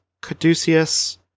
Caduceus